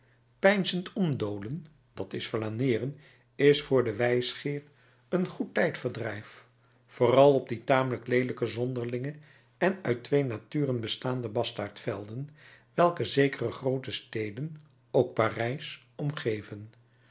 peinzend omdolen dat is flaneeren is voor den wijsgeer een goed tijdverdrijf vooral op die tamelijk leelijke zonderlinge en uit twee naturen bestaande bastaardvelden welke zekere groote steden ook parijs omgeven